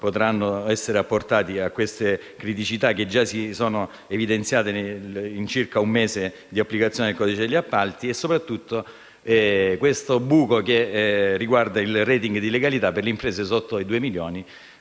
potranno essere apportati a queste criticità, che già si sono evidenziate in circa un mese di applicazione del codice degli appalti? Infine, le chiedo chiarimenti sul buco che riguarda il *rating* di legalità per le imprese sotto i due milioni